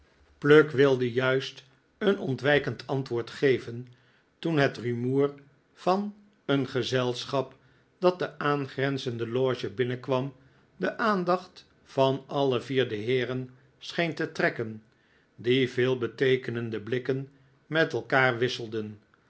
pluck wilde juist een ontwijkend antwoord geven toen het rumoer van een gezelschap dat de aangrenzende loge binnenkwam de aandacht van alle vier de heeren scheen te trekken die veelbeteekenende blikken met elkaar wisselden